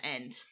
end